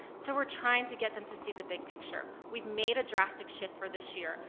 so we're trying to get them to see the big picture. we've made a drastic shift for this year.